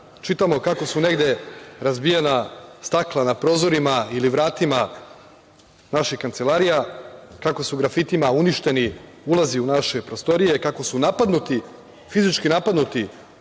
čitamo kako su negde razbijena stakla na prozorima ili vratima naših kancelarija, kako su grafitima uništeni ulazi u naše prostorije, kako su napadnuti, fizički napadnuti